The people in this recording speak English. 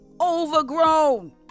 overgrown